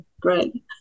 great